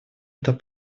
это